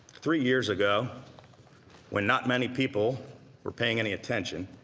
three years ago when not many people were paying any attention